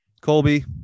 colby